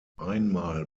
einmal